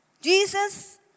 Jesus